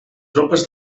tropes